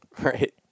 Right